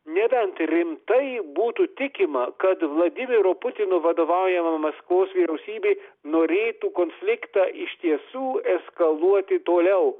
nebent rimtai būtų tikima kad vladimiro putino vadovaujama maskvos vyriausybė norėtų konfliktą iš tiesų eskaluoti toliau